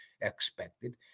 expected